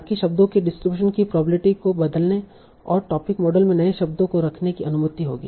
ताकि शब्दों के डिस्ट्रीब्यूशन की प्रोबेबिलिटी को बदलने और टोपिक मॉडल में नए शब्दों को रखने की अनुमति होगी